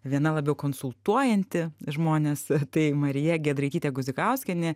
viena labiau konsultuojanti žmones tai marija giedraitytė guzikauskienė